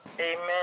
Amen